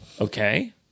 Okay